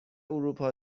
اروپا